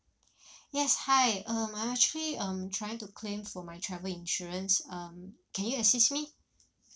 yes hi um I actually um trying to claim for my travel insurance um can you assist me